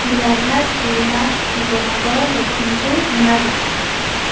Golaghat Jorhat Sivasagar Lakhimpur Dhemaji